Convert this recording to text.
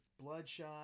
Bloodshot